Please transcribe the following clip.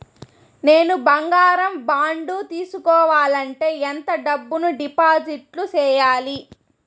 నేను బంగారం బాండు తీసుకోవాలంటే ఎంత డబ్బును డిపాజిట్లు సేయాలి?